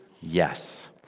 yes